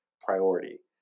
priority